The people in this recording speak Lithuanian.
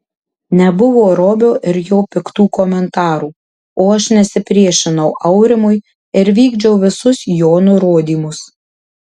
nebuvo robio ir jo piktų komentarų o aš nesipriešinau aurimui ir vykdžiau visus jo nurodymus